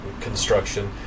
construction